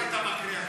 תמיד אתה מקריא הכול.